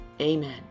Amen